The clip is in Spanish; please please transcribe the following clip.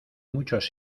muchos